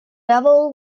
devil